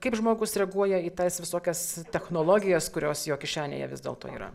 kaip žmogus reaguoja į tas visokias technologijas kurios jo kišenėje vis dėlto yra